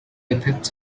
effects